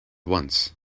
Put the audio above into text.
once